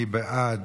מי בעד